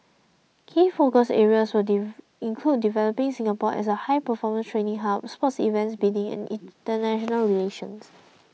key focus areas will include developing Singapore as a high performance training hub sports events bidding and international relations